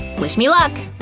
wish me luck!